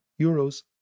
euros